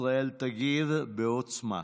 ישראל תגיב בעוצמה.